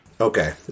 Okay